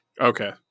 Okay